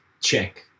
check